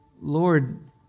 Lord